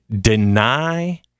deny